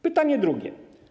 Pytanie drugie.